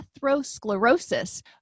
atherosclerosis